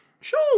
Sure